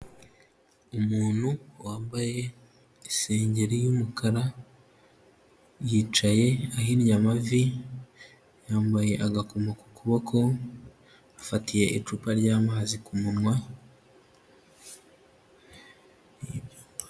Umuntu wambaye isengeri y'umukara, yicaye ahinnye amavi, yambaye agakoma ku kuboko afatiye icupa ryamazi munwa.